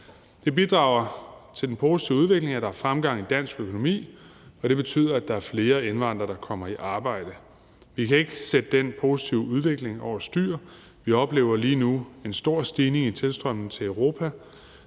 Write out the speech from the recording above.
Det bidrager til den positive udvikling, at der er fremgang i dansk økonomi, og det betyder, at der er flere indvandrere, der kommer i arbejde. Vi kan ikke sætte den positive udvikling over styr. Vi oplever lige nu en stor stigning i tilstrømningen til Europa.